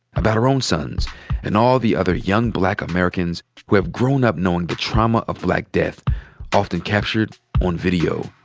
about her own sons and all the other young black americans who have grown up knowing the trauma of black death often capture on video,